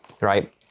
right